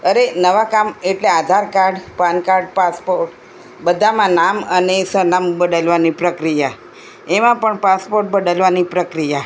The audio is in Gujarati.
અરે નવા કામ એટલે આધાર કાર્ડ પાનકાર્ડ પાસપોર્ટ બધામાં નામ અને સરનામું બદલાવાની પ્રક્રિયા એમાં પણ પાસપોર્ટ બદલવાની પ્રક્રિયા